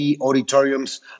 auditoriums